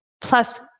Plus